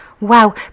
Wow